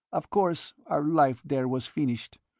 of course, our life there was finished.